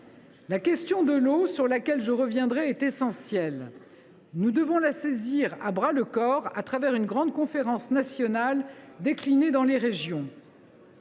La question de l’eau, sur laquelle je reviendrai, est essentielle. Nous devons la saisir à bras le corps, au travers d’une grande conférence nationale qui sera déclinée dans les régions.